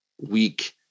weak